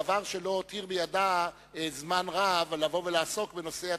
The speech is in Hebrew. דבר שלא הותיר בידה זמן רב לבוא ולעסוק בנושא התקציב.